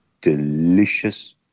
delicious